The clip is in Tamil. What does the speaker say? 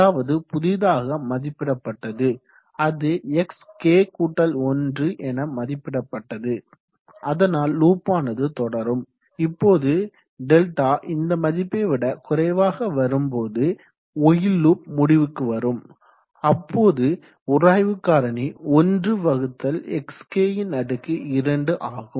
அதாவது புதிதாக மதிப்பிடப்பட்டது அது xk1 என மதிப்பிடப்பட்டது அதனால் லூப்பானது தொடரும் எப்போது டெல்டா இந்த மதிப்பை விட குறைவாக வரும்போது ஒயில் லூப் முடிவுக்கு வரும் அப்போது உராய்வு காரணி 1xk2 ஆகும்